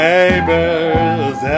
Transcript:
Neighbors